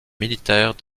militaire